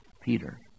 Peter